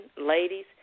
ladies